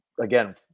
again